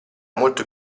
molto